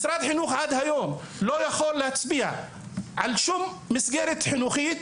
משרד החינוך עד היום לא יכול להצביע על שום מסגרת חינוכית